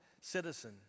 citizen